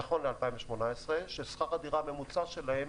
נכון ל-2018, ששכר הדירה הממוצע שלהם